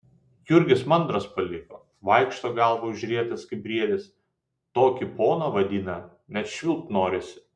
jurgis mandras paliko vaikšto galvą užrietęs kaip briedis tokį poną vaidina net švilpt norisi